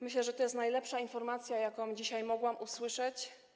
Myślę, że to jest najlepsza informacja, jaką dzisiaj mogłam usłyszeć.